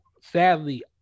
sadly